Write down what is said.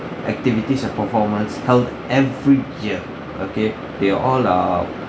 activities and performance held every year okay they are all are